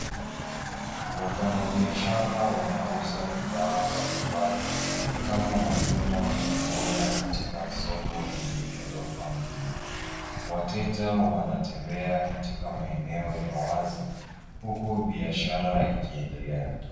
Wafanyabiashara wanauza bidhaa mbalimbali kama matunda na mboga katika soko lenye ghorofa mbili. Wateja wanatembea katika maeneo ya wazi huku biashara ikiendelea.